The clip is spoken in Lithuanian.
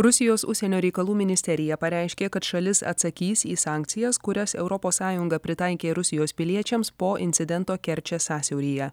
rusijos užsienio reikalų ministerija pareiškė kad šalis atsakys į sankcijas kurias europos sąjunga pritaikė rusijos piliečiams po incidento kerčės sąsiauryje